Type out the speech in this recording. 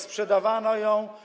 Sprzedawano ją.